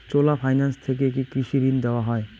চোলা finance থেকে কি কৃষি ঋণ দেওয়া হয়?